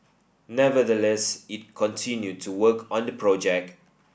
nevertheless it continued to work on the project